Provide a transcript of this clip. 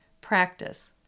practice